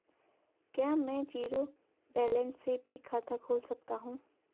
क्या में zero balance से भी खाता खोल सकता हूँ?